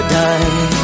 die